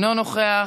אינו נוכח,